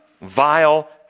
vile